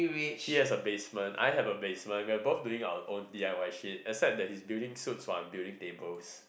he has a basement I have a basement we are both doing our own D I Y shit except that he's building suits while I'm building tables